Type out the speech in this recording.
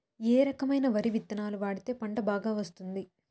ఏ రకమైన వరి విత్తనాలు వాడితే పంట బాగా వస్తుంది?